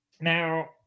Now